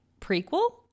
prequel